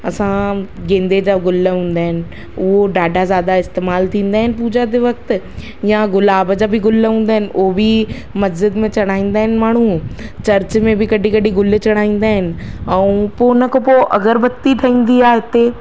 असां गेंदे जा गुल हूंदा आहिनि उहे डाढा ज़्यादा इस्तेमाल थींदा आहिनि पूजा जे वक़्तु या गुलाब जा बि गुल हूंदा आहिनि उहे बि मस्जिद में चढ़ाईंदा आहिनि माण्हू चर्च बि कॾहिं कॾहिं गुल चढ़ाईंदा इन ऐं पोइ उन खां पोइ अगरबत्ती ठहींदी आहे हिते